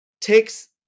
takes